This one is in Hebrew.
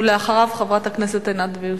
ולאחריו חברת הכנסת עינת וילף.